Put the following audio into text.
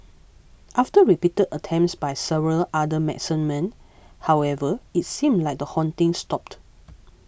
after repeated attempts by several other medicine men however it seemed like the haunting stopped